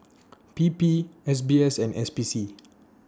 P P S B S and S P C